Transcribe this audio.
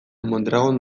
mondragon